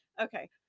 Okay